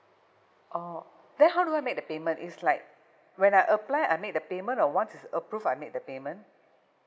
orh then how do I make the payment it's like when I apply I make the payment or once it's approved I make the payment